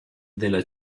della